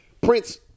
Prince